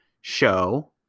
show